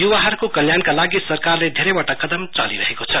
युवाहरुको कल्याणका लागि सरकारले धेरैवटा कदम चालिरहेको छ